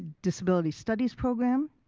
disability studies program.